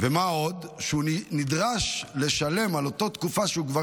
ומה עוד שהוא נדרש לשלם על אותה תקופה שהוא כבר